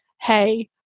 hey